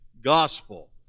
gospel